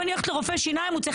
אם אני הולכת לרופא שיניים הוא צריך